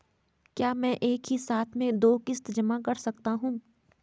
क्या मैं एक ही साथ में दो किश्त जमा कर सकता हूँ?